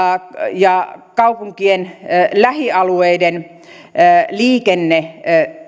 ja kaupunkien lähialueiden liikenne